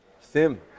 Sim